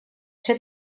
ser